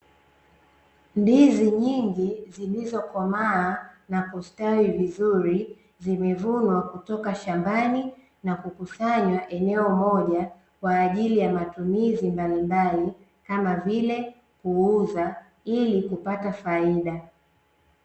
Ndizi nyingi zilizokomaa na kustawi vizuri, zimevunwa kutoka shambani na kukusanywa eneo moja, kwa ajili ya matumizi mbalimbali kama vile kuuza, ili kupata faida.